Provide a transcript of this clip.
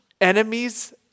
enemies